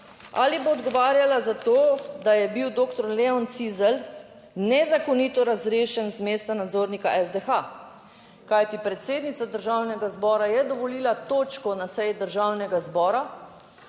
ali bo odgovarjala za to, da je bil doktor Leon Cizelj nezakonito razrešen z mesta nadzornika SDH, kajti predsednica Državnega zbora je dovolila točko na seji Državnega zbora,